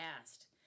asked